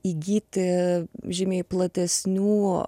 įgyti žymiai platesnių